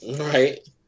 Right